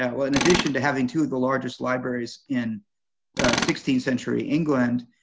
and ah in addition to having two of the largest libraries in sixteenth century england,